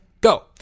go